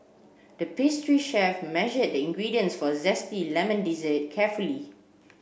the pastry chef measured the ingredients for a zesty lemon dessert carefully